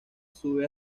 sube